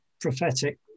prophetic